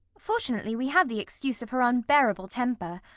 fortunately, we have the excuse of her unbearable temper.